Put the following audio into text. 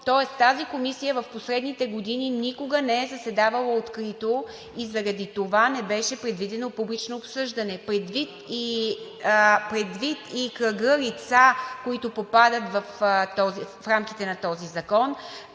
Тоест тази комисия в последните години никога не е заседавала открито и заради това не беше предвидено публично обсъждане. Предвид и кръга лица, които попадат в рамките на този закон,